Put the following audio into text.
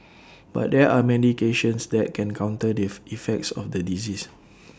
but there are medications that can counter the if effects of the disease